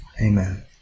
Amen